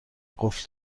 قفل